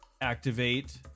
activate